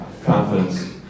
confidence